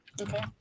Okay